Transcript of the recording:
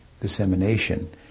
dissemination